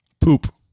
Poop